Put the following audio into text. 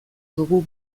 dugu